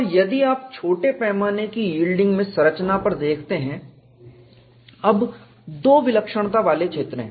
और यदि आप छोटे पैमाने की यील्डिंग में संरचना पर देखते हैं अब दो विलक्षणता वाले क्षेत्र हैं